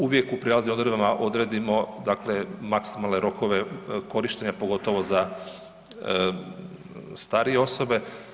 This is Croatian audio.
Uvijek u prijelaznim odredbama odredimo maksimalne rokove korištenja pogotovo za starije osobe.